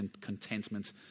contentment